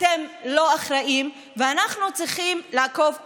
אתם לא אחראים ואנחנו צריכים לעקוב אחריכם.